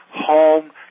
home